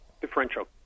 differential